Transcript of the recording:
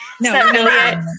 No